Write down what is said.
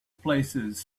places